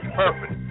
perfect